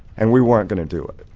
and we weren't going to do it,